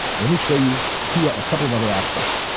let me show you two, a couple of other aspects.